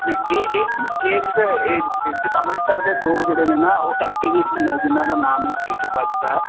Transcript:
ਇਹ ਇਹ ਸਿਰਫ ਇਸ ਅੰਮ੍ਰਿਤਸਰ ਦੇ ਦੋ ਜਿਹੜੇ ਨੇ ਨਾ ਉਹ ਐਕਟੀਵਿਸਟ ਨੇ ਜਿਨ੍ਹਾਂ ਦਾ ਨਾਮ ਹਿਸਟਰੀ 'ਚ ਵੱਜਦਾ